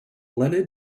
lenna